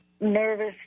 nervous